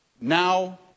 Now